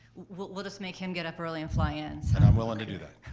we'll we'll just make him get up early and fly in. and i'm willing to do that.